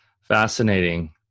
Fascinating